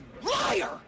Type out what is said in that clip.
liar